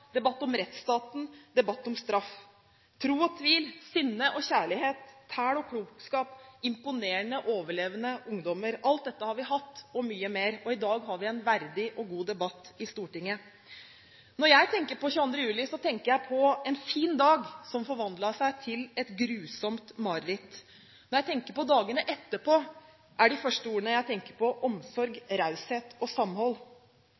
debatt om rettsstaten, debatt om straff, tro og tvil, sinne og kjærlighet, tæl og klokskap og imponerende, overlevende ungdommer. Alt dette har vi hatt og mye mer, og i dag har vi en verdig og god debatt i Stortinget. Når jeg tenker på 22. juli, tenker jeg på en fin dag som forvandlet seg til et grusomt mareritt. Når jeg tenker på dagene etterpå, er de første ordene jeg tenker på, omsorg, raushet og samhold.